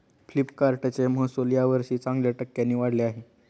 फ्लिपकार्टचे महसुल यावर्षी चांगल्या टक्क्यांनी वाढले आहे